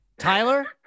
Tyler